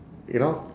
you know